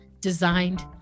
designed